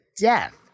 death